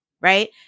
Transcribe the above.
right